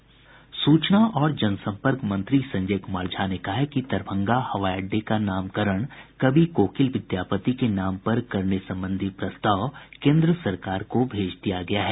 सूचना और जनसंपर्क मंत्री संजय कुमार झा ने कहा है कि दरभंगा हवाई अड्डे का नामकरण कवि कोकिल विद्यापति के नाम पर करने संबंधी प्रस्ताव केन्द्र सरकार को भेज दिया गया है